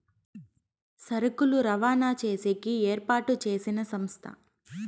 సరుకులు రవాణా చేసేకి ఏర్పాటు చేసిన సంస్థ